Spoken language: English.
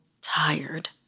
tired